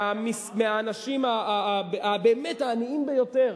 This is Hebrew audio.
מהאנשים באמת העניים ביותר.